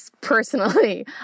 personally